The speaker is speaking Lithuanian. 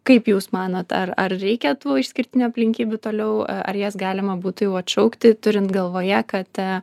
kaip jūs manot ar ar reikia tų išskirtinių aplinkybių toliau ar jas galima būtų jau atšaukti turint galvoje kad